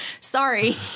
sorry